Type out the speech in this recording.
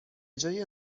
جای